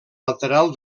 lateral